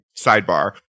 Sidebar